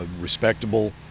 respectable